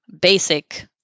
basic